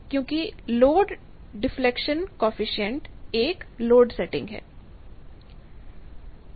क्योंकि load deflection coefficient एक load setting है